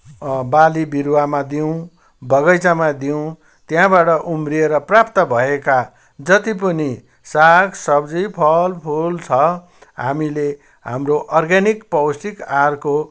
बाली बिरुवामा दिउँ बगैँचामा दिउँ त्यहाँबाट उम्रिएर प्राप्त भएका जति पनि साग सब्जी फल फुल छ हामीले हाम्रो अर्ग्यानिक पौष्टिक आहारको